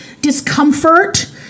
discomfort